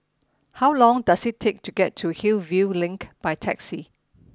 how long does it take to get to Hillview Link by taxi